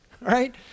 right